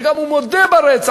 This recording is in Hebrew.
וגם הוא מודה ברצח,